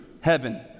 heaven